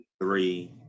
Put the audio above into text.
three